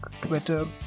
Twitter